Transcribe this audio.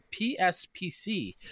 PSPC